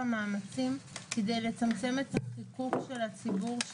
המאמצים כדי לצמצם את החיכוך של הציבור,